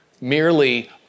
merely